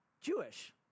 Jewish